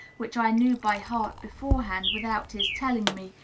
which i knew by heart beforehand without his telling me,